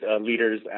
leaders